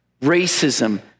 racism